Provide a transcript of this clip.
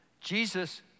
Jesus